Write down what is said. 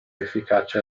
efficace